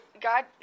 God